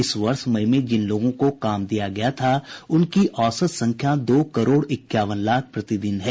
इस वर्ष मई में जिन लोगों को काम दिया गया था उनकी औसत संख्या दो करोड़ इक्यावन लाख प्रतिदिन है